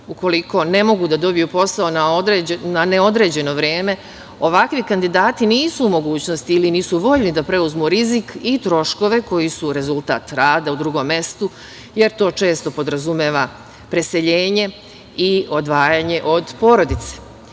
Ukoliko ne mogu da dobiju posao na neodređeno vreme, ovakvi kandidati nisu u mogućnosti ili nisu voljni da preuzmu rizik i troškove koji su rezultat rada u drugom mestu, jer to često podrazumeva preseljenje i odvajanje od porodice.